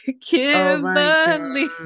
Kimberly